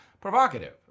provocative